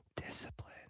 Discipline